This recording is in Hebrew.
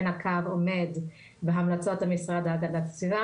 הקו עומד בהמלצות המשרד להגנת הסביבה.